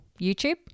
YouTube